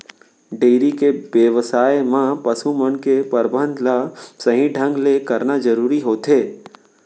dairy के बेवसाय म पसु मन के परबंध ल सही ढंग ले करना जरूरी होथे